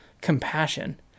Compassion